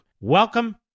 Welcome